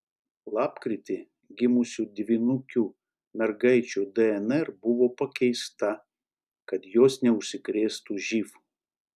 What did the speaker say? lapkritį gimusių dvynukių mergaičių dnr buvo pakeista kad jos neužsikrėstų živ